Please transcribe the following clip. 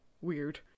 weird